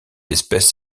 espèce